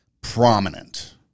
prominent